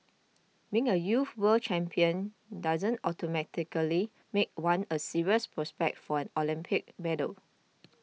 being a youth world champion doesn't automatically make one a serious prospect for an Olympic medal